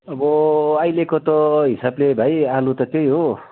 अब अहिलेको त हिसाबले भाइ आलु त त्यही हो